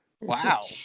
Wow